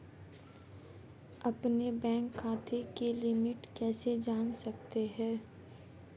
अपने बैंक खाते की लिमिट कैसे जान सकता हूं?